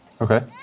Okay